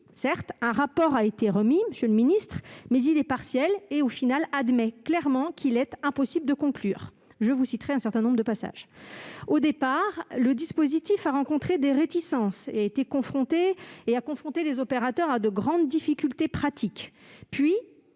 Certes, un rapport a été remis, monsieur le ministre, mais il est partiel et, finalement, admet clairement qu'il est impossible de conclure. Je vous en citerai un certain nombre de passages. Au départ, le dispositif s'est heurté à des réticences et a confronté les opérateurs à de grandes difficultés pratiques. Ensuite,